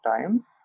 times